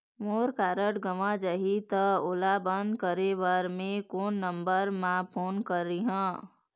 मोर card गंवा जाही त ओला बंद करें बर मैं कोन नंबर म फोन करिह?